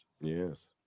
Yes